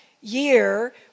year